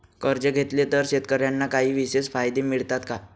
कर्ज घेतले तर शेतकऱ्यांना काही विशेष फायदे मिळतात का?